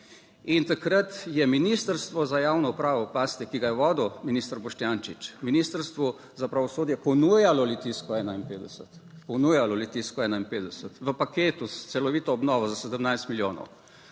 In takrat je Ministrstvo za javno upravo, pazite, ki ga je vodil minister Boštjančič, Ministrstvu za pravosodje ponujalo Litijsko 51, ponujalo Litijsko 51 v paketu s celovito obnovo za 17 milijonov.